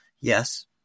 Yes